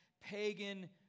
pagan